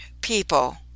people